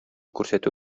күрсәтү